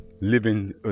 living